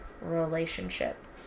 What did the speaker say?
relationship